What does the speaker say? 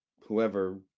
Whoever